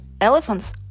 Elephants